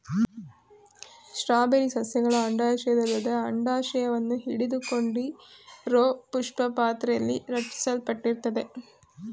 strawberry ಸಸ್ಯಗಳ ಅಂಡಾಶಯದಲ್ಲದೆ ಅಂಡಾಶವನ್ನು ಹಿಡಿದುಕೊಂಡಿರೋಪುಷ್ಪಪಾತ್ರೆಲಿ ರಚಿಸಲ್ಪಟ್ಟಿರ್ತದೆ